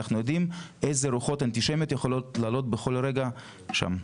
אנחנו יודעים אילו רוחות אנטישמיות יכולות לעלות כל רגע שם,